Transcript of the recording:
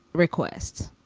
requests